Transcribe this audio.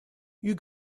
you